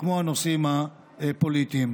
כמו הנושאים הפוליטיים.